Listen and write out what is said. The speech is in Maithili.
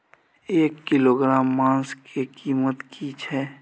एक किलोग्राम मांस के कीमत की छै?